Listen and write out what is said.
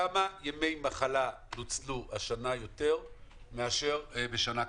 כמה ימי מחלה נוצלו השנה יותר מאשר בשנה הקודמת?